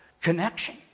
Connection